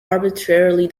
arbitrarily